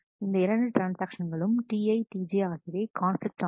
இந்த இரண்டு ட்ரான்ஸ்ஆக்ஷன்களும் TiTj ஆகியவை கான்பிலிக்ட் ஆனவை